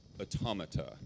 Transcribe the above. automata